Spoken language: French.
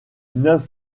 neuf